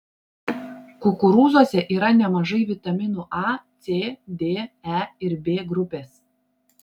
kukurūzuose yra nemažai vitaminų a c d e ir b grupės